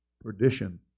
perdition